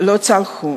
לא צלחו.